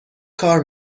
کار